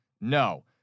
No